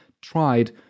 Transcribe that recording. tried